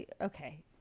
okay